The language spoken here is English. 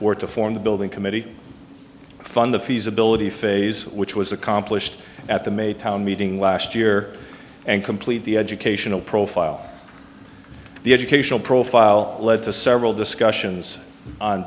were to form the building committee fund the feasibility phase which was accomplished at the may town meeting last year and complete the educational profile the educational profile led to several discussions on